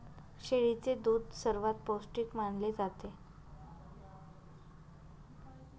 शेळीचे दूध सर्वात पौष्टिक मानले जाते